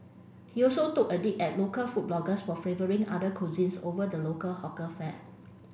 he also took a dig at local food bloggers for favouring other cuisines over the local hawker fare